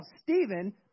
Stephen